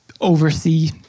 oversee